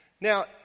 Now